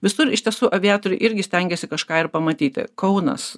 visur iš tiesų aviatoriai irgi stengiasi kažką ir pamatyti kaunas